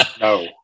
No